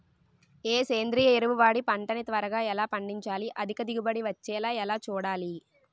ఏ సేంద్రీయ ఎరువు వాడి పంట ని త్వరగా ఎలా పండించాలి? అధిక దిగుబడి వచ్చేలా ఎలా చూడాలి?